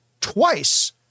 twice